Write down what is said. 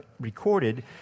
recorded